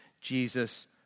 Jesus